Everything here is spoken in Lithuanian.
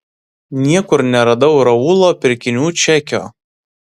niekur neradau raulo pirkinių čekio